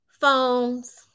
phones